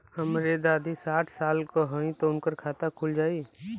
हमरे दादी साढ़ साल क हइ त उनकर खाता खुल जाई?